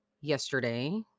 yesterday